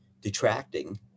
detracting